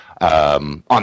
on